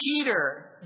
Peter